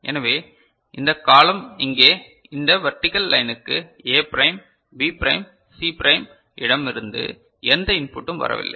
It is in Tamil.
எனவே இந்த காலம் இங்கே இந்த வெர்டிகள் லைனுக்கு A prime B prime C prime இடம் இருந்து எந்த இன் இன்புட்டும் வரவில்லை